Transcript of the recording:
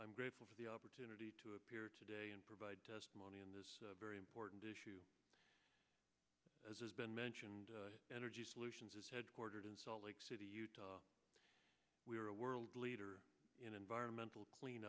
i'm grateful for the opportunity to appear today and provide testimony on this very important issue as has been mentioned energy solutions is headquartered in salt lake city utah we are a world leader in environmental clean